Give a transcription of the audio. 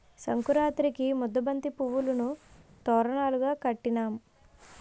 సంకురాతిరికి ముద్దబంతి పువ్వులును తోరణాలును కట్టినాం